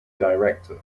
director